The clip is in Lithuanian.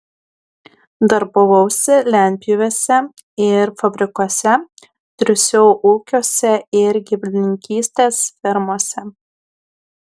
darbavausi lentpjūvėse ir fabrikuose triūsiau ūkiuose ir gyvulininkystės fermose